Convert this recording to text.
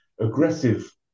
aggressive